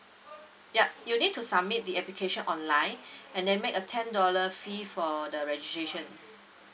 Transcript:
yeap you need to submit the application online and then make a ten dollar fee for the registration